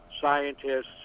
scientists